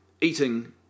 eating